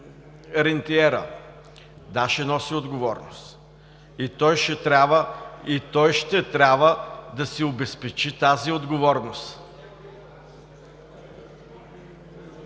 рентиерът ще носи отговорност. Той ще трябва да си обезпечи тази отговорност.